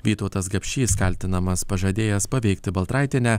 vytautas gapšys kaltinamas pažadėjęs paveikti baltraitienę